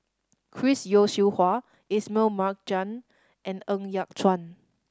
Chris Yeo Siew Hua Ismail Marjan and Ng Yat Chuan